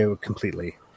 completely